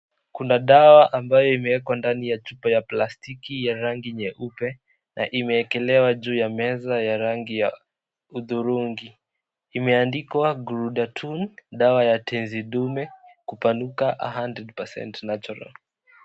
Kuna dawa ambayo imewekwa ndani ya chupa ya plasitiki ya rangi nyeupe na imewekelewa juu ya meza ya rangi ya hudurungi, imeandikwa gludatun dawa ya tezi dume kupanuka 100% natural .